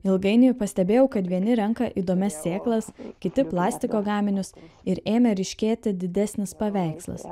ilgainiui pastebėjau kad vieni renka įdomias sėklas kiti plastiko gaminius ir ėmė ryškėti didesnis paveikslas